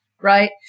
right